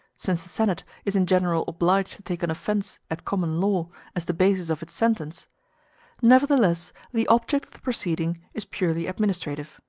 since the senate is in general obliged to take an offence at common law as the basis of its sentence nevertheless the object of the proceeding is purely administrative.